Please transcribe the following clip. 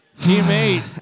Teammate